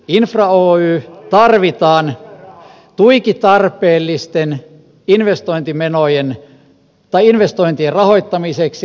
infra oy tarvitaan tuiki tarpeellisten investointien rahoittamiseksi